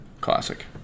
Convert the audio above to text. Classic